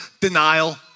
Denial